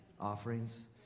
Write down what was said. Offerings